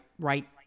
right